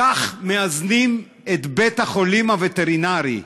כך מאזנים את בית-החולים הווטרינרי,